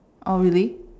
oh really